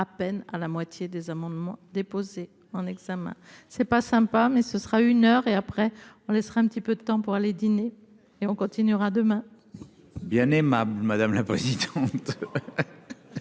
à peine à la moitié des amendements déposés en examen c'est pas sympa mais ce sera une heure et après on laissera un petit peu de temps pour aller dîner et on continuera demain bien aimable, madame la présidente.